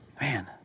man